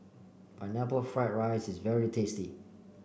Pineapple Fried Rice is very tasty